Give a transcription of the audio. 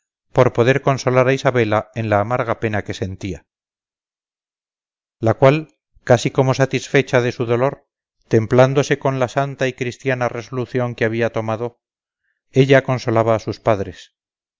por poder consolar a isabela en la amarga pena que sentía la cual casi como satisfecha de su dolor templándole con la santa y christiana resolución que había tomado ella consolaba a sus padres